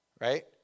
right